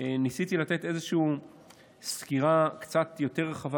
ניסיתי לתת איזושהי סקירה קצת יותר רחבה